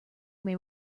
may